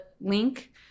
link